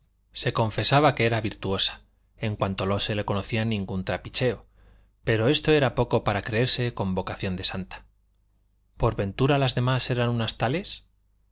se confesaba que era virtuosa en cuanto no se le conocía ningún trapicheo pero esto era poco para creerse con vocación de santa por ventura las demás eran unas tales